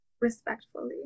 respectfully